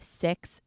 six